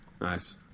Nice